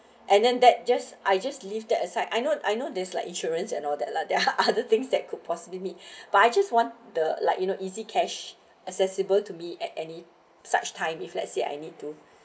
and then that just I just leave that aside I know I know there's like insurance and all that lah there are other things that could possibly meet but I just want the like you know easy cash accessible to me at any such time if let's say I need to